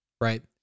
right